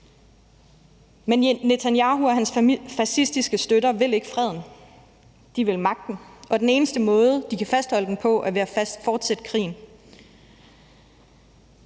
Men Netanyahu og hans fascistiske støtter vil ikke freden. De vil magten, og den eneste måde, de kan fastholde den på, er ved at fortsætte krigen.